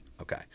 okay